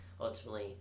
Ultimately